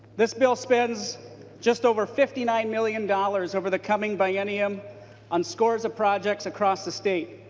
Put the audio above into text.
this bill spends just over fifty nine million dollars over the coming biennium on scores of projects across the state.